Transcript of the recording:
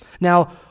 now